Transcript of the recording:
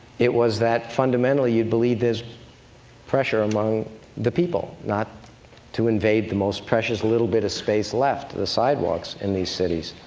it was that, fundamentally, you believe there's pressure among the people not to invade the most precious little bit of space left, the sidewalks in these cities.